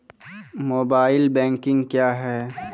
Mobile banking क्या हैं?